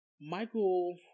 Michael